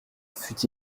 fût